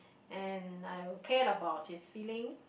and I will care about his feeling